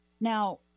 Now